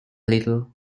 little